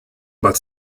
but